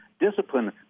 discipline